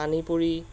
পানী পুৰি